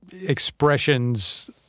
expressions